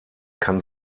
kann